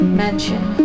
mansion